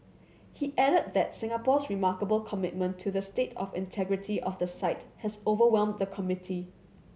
he added that Singapore's remarkable commitment to the state of integrity of the site has overwhelmed the committee